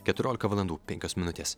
keturiolika valandų penkios minutės